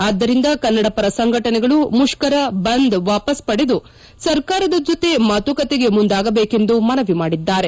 ಆದ್ಲರಿಂದ ಕನ್ನಡಪರ ಸಂಘಟನೆಗಳು ಮುಷ್ತರ ಬಂದ್ ವಾಪಸ್ ಪಡೆದು ಸರ್ಕಾರದ ಜೊತೆ ಮಾತುಕತೆಗೆ ಮುಂದಾಗಬೇಕೆಂದು ಮನವಿ ಮಾಡಿದ್ದಾರೆ